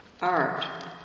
Art